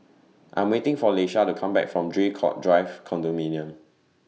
I'm waiting For Leisha to Come Back from Draycott Drive Condominium